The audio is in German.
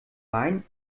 main